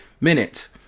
minutes